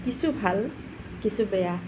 কিছু ভাল কিছু বেয়া